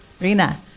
Rina